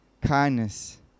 kindness